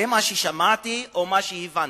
זה מה ששמעתי או מה שהבנתי.